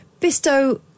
Bisto